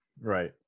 Right